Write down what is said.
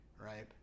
right